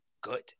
good